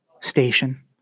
station